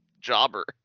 jobber